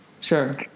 sure